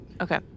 Okay